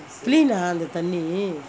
clean ah அந்த தண்ணீ:antha thanni